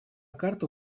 карту